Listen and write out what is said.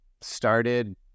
started